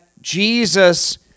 Jesus